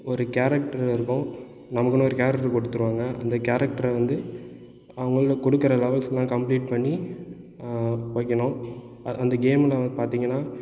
ஒரு கேரெக்டர் இருக்கும் நமக்குன்னு ஒரு கேரெக்டர் போட்டு தருவாங்கள் அந்த கேரெக்டர வந்து அவங்களில் கொடுக்குற லெவெல்ஸ்லாம் கம்ப்ளீட் பண்ணி ஆ வைக்கணும் அந்த கேமில் பார்த்திங்கனா